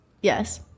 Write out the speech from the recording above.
Yes